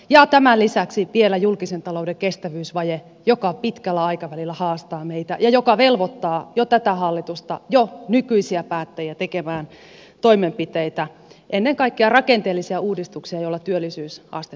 ja tämän lisäksi on vielä julkisen talouden kestävyysvaje joka pitkällä aikavälillä haastaa meitä ja joka velvoittaa jo tätä hallitusta jo nykyisiä päättäjiä tekemään toimenpiteitä ennen kaikkea rakenteellisia uudistuksia joilla työllisyysastetta nostetaan